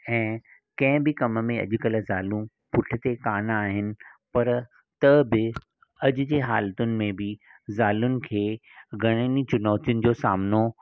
ऐं कंहिं बि कम मे अॼु कल्ह ज़ालूं पुठिते कान आहिनि पर त बि अॼु जे हालतुनि में बि ज़ालुनि खे घणनि ई चुनौतियुन जो सामनो